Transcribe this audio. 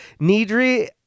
Nidri